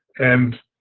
and